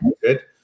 Good